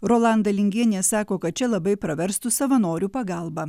rolanda lingienė sako kad čia labai praverstų savanorių pagalba